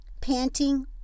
panting